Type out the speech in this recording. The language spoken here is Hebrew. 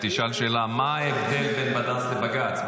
תשאל את השאלה מה ההבדל בין בד"ץ לבג"ץ,